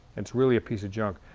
it's really a piece of junk.